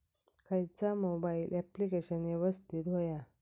खयचा mobile application यवस्तित होया?